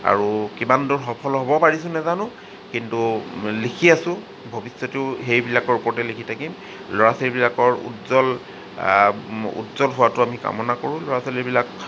আৰু কিমান দূৰ সফল হ'ব পাৰিছোঁ নেজানো কিন্তু লিখি আছোঁ ভৱিষ্যতেও সেইবিলাকৰ ওপৰতেই লিখি থাকিম ল'ৰা ছোৱালীবিলাকৰ উজ্জ্বল উজ্জ্বল হোৱাটো আমি কামনা কৰোঁ ল'ৰা ছোৱালীবিলাক